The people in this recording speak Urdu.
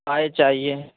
چائے چاہیے